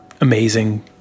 Amazing